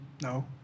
No